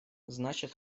значит